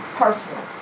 personal